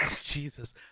Jesus